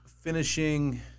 finishing